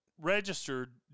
registered